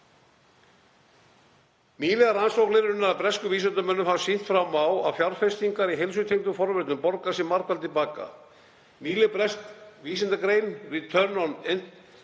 Nýlegar rannsóknir, unnar af breskum vísindamönnum hafa sýnt fram á að fjárfestingar í heilsutengdum forvörnum borga sig margfalt til baka. Nýleg bresk vísindagrein, Return on